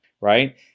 right